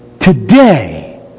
today